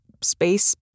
space